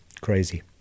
Crazy